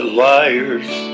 liar's